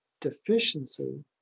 deficiency